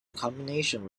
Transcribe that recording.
combination